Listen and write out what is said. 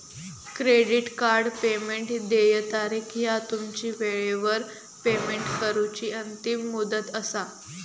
credit card payment देय तारीख ह्या तुमची वेळेवर पेमेंट करूची अंतिम मुदत असा